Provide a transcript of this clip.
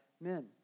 men